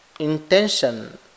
intention